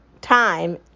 time